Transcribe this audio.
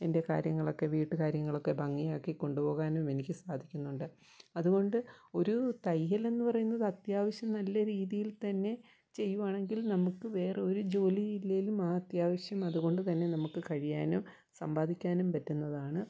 എൻ്റെ കാര്യങ്ങളൊക്കെ വീട്ടുകാര്യങ്ങളൊക്കെ ഭംഗിയാക്കി കൊണ്ടുപോകാനുമെനിക്ക് സാധിക്കുന്നുണ്ട് അതുകൊണ്ട് ഒരു തയ്യലെന്ന് പറയുന്നത് അത്യാവശ്യം നല്ല രീതിയിൽത്തന്നെ ചെയ്യുവാണെങ്കിൽ നമുക്ക് വേറൊരു ജോലിയില്ലേലും അത്യാവശ്യം അതുകൊണ്ട് തന്നെ നമുക്ക് കഴിയാനും സമ്പാദിക്കാനും പറ്റുന്നതാണ്